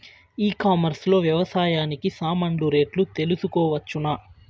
ఈ కామర్స్ లో వ్యవసాయానికి సామాన్లు రేట్లు తెలుసుకోవచ్చునా?